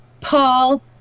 Paul